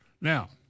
Now